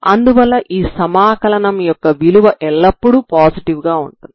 అందువల్ల ఈ సమాకలనం విలువ ఎల్లప్పుడూ పాజిటివ్ గా ఉంటుంది